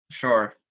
Sure